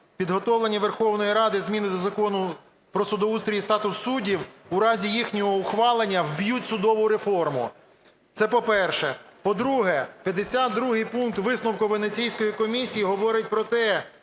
підготовлені Верховною Радою зміни до Закону "Про судоустрій і статус суддів" у разі їхнього ухвалення вб'ють судову реформу. Це по-перше. По-друге, 52 пункт висновку Венеційської комісії говорить про те,